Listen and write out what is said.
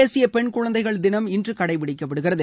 தேசிய பெண் குழந்தை தினம் இன்று கடைபிடிக்கப்படுகிறது